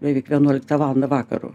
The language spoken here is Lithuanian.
beveik vienuoliktą valandą vakaro